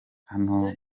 hano